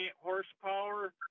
horsepower